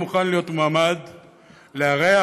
מוכן להיות מועמד לארח,